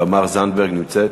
תמר זנדברג נמצאת?